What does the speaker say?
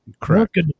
Correct